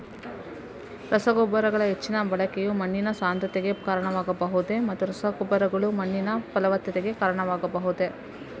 ರಸಗೊಬ್ಬರಗಳ ಹೆಚ್ಚಿನ ಬಳಕೆಯು ಮಣ್ಣಿನ ಸಾಂದ್ರತೆಗೆ ಕಾರಣವಾಗಬಹುದೇ ಮತ್ತು ರಸಗೊಬ್ಬರಗಳು ಮಣ್ಣಿನ ಫಲವತ್ತತೆಗೆ ಕಾರಣವಾಗಬಹುದೇ?